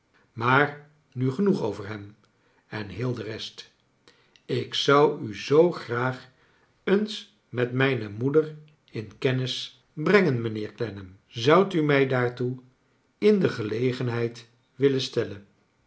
maar nu genoeg over hem en heel de rest ik zou u zoo graag eens met mijne moeder in kennis brengen mijnheer clennam zoudt u mij daartoe in de gelegenheid willen stellen